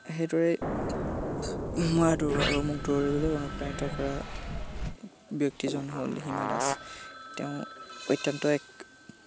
সেইদৰে মৰা দৌৰ আৰু মোক দৌৰিবলৈ অনুপ্ৰাণিত কৰা ব্যক্তিজন হ'ল হীমা দাস তেওঁ অত্যন্ত এক